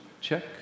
Check